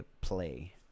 Play